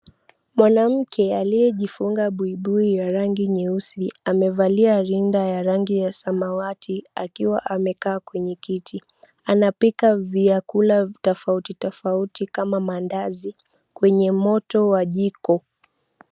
Mwanamke aliyejifunga buibui amevalia rinda ya rangi ya samawati akiwa amekaa kwenye kiti anapika vyakula tofautitofauti kama mandazi kwenye moto wa jiko.